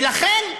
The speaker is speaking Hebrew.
ולכן,